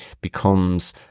becomes